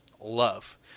love